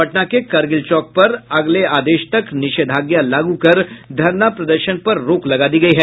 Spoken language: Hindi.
पटना के करगिल चौक पर अगले आदेश तक निषेधाज्ञा लागू कर धरना प्रदर्शन पर रोक लगा दी गयी है